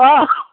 অঁ